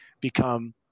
become